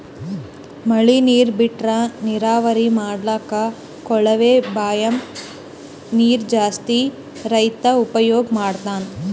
ಮಳಿ ನೀರ್ ಬಿಟ್ರಾ ನೀರಾವರಿ ಮಾಡ್ಲಕ್ಕ್ ಕೊಳವೆ ಬಾಂಯ್ ನೀರ್ ಜಾಸ್ತಿ ರೈತಾ ಉಪಯೋಗ್ ಮಾಡ್ತಾನಾ